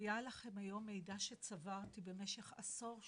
מביאה לכם היום מידע שצברתי במשך עשור שנים,